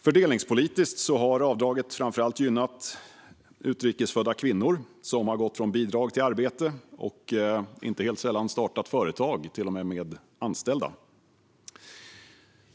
Fördelningspolitiskt har avdraget framför allt gynnat utrikesfödda kvinnor, som har gått från bidrag till arbete och inte sällan startat företag, till och med företag med anställda.